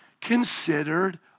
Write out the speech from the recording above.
considered